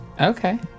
Okay